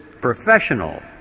professional